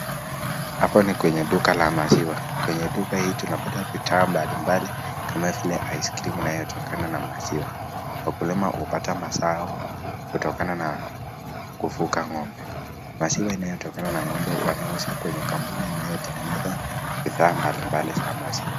Hapa ni kwenye duka la maziwa. Kwenye duka hii tunapata bidhaa mbali mbali kama vile Ice cream inayotokana na maziwa. Wakulima hupata mazao kutokana na kufuga ngombe. Maziwa inayotokana na ngombe wanauza kwenye kampuni inayotengeneza bidhaa mbali mbali za maziwa.